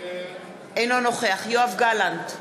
אינו נוכח יואב גלנט,